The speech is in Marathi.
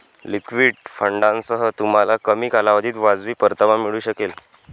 लिक्विड फंडांसह, तुम्हाला कमी कालावधीत वाजवी परतावा मिळू शकेल